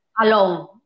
alone